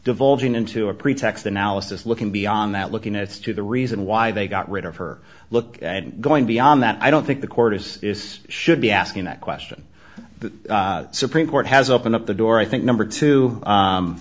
devolving into a pretext analysis looking beyond that looking at stu the reason why they got rid of her look and going beyond that i don't think the court is is should be asking that question the supreme court has opened up the door i think number to